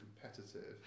competitive